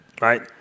Right